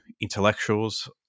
intellectuals